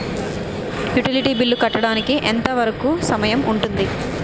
Utility bill కట్టడానికి ఎంత వరుకు సమయం ఉంటుంది?